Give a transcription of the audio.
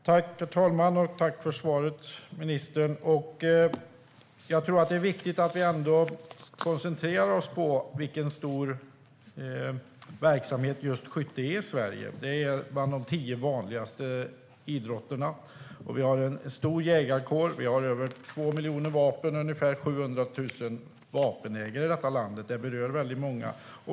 Herr talman! Tack för svaret, ministern! Jag tror att det är viktigt att vi koncentrerar oss på vilken stor verksamhet skytte är i Sverige. Det är en av de tio vanligaste idrotterna, och vi har en stor jägarkår med ungefär 2 miljoner vapen och 700 000 vapenägare i landet. Det här berör alltså många.